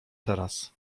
teraz